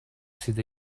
sydd